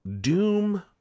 Doom